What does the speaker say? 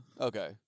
Okay